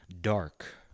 dark